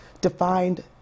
defined